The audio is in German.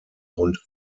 rund